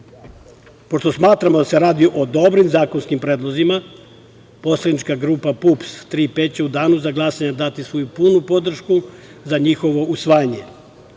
smatramo da se radi o dobrim zakonskim predlozima Poslanička grupa PUPS - „Tri P“ će u danu za glasanje dati svoju punu podršku za njihovo usvajanje.